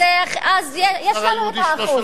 במגזר היהודי 3,700. אז יש לנו את האחוז,